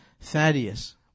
Thaddeus